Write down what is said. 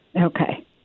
okay